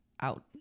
out